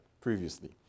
previously